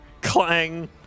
Clang